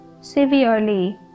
severely